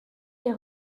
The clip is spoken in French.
les